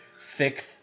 thick